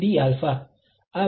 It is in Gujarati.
આ બરાબર 2a બનશે